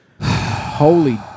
Holy